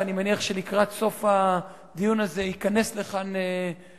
שאני מניח שלקראת סוף הדיון הזה ייכנס לכאן בהיחבא,